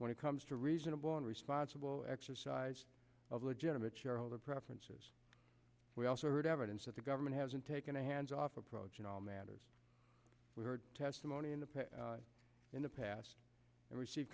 when it comes to reasonable and responsible exercise of legitimate shareholder preferences we also heard evidence that the government hasn't taken a hands off approach in all matters we heard testimony in the past in the past and receive